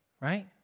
right